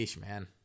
man